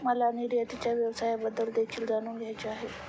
मला निर्यातीच्या व्यवसायाबद्दल देखील जाणून घ्यायचे आहे